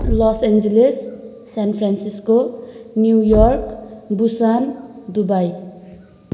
loss Angeles San Francisco New York Busan Dubai